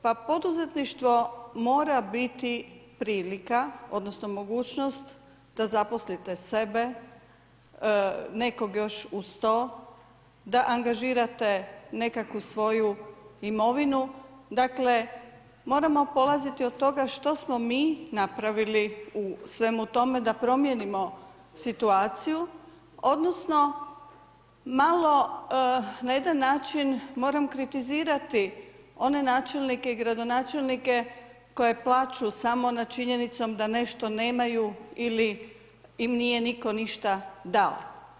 Pa poduzetništvo mora biti prilika odnosno mogućnost da zaposlite sebe, nekog još uz to, da angažirate nekakvu svoju imovinu, dakle moramo polaziti od toga što smo mi napravili u svemu tome da promijenimo situaciju odnosno malo na jedan način moram kritizirati one načelnike i gradonačelnike koje plaču samo nad činjenicom da nešto nemaju ili im niko ništa dao.